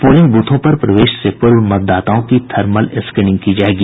polling ब्रथों पर प्रवेश से पूर्व मतदाताओं की थर्मल स्क्रीनिंग की जायेगी